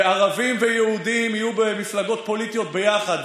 וערבים ויהודים יהיו במפלגות פוליטיות ביחד,